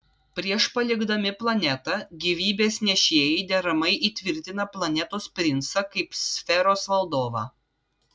prieš palikdami planetą gyvybės nešėjai deramai įtvirtina planetos princą kaip sferos valdovą